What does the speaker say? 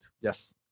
Yes